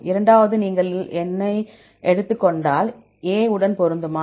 இரண்டாவது நீங்கள் என்னை எடுத்துக் கொண்டால் அது A உடன் பொருந்துமா